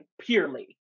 purely